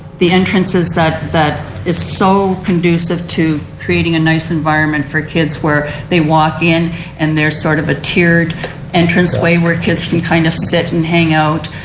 the entrances that that is so conducive to creating a nice environment for kids where they walk in and they're sort of a tiered entranceway where kids can kind of sit and hang out.